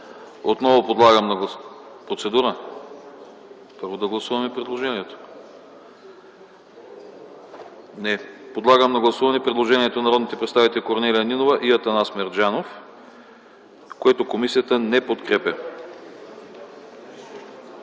Няма. Подлагам на гласуване предложението на народните представители Корнелия Нинова и Атанас Мерджанов, което комисията не подкрепя.